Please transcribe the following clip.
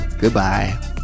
Goodbye